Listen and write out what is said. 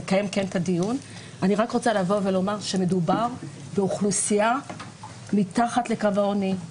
אני רוצה לומר שמדובר באוכלוסייה שנמצאת מתחת לקו העוני,